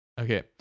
Okay